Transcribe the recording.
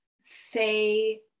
say